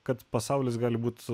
kad pasaulis gali būti